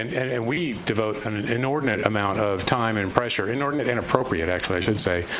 and and and we devote and an inordinate amount of time and pressure, inordinate and appropriate, actually i should say,